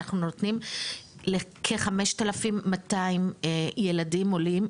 אנחנו נותנים ל-5200 ילדים עולים,